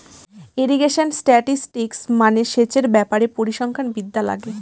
irrigation statistics মানে সেচের ব্যাপারে পরিসংখ্যান বিদ্যা লাগে